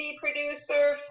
producer